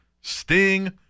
Sting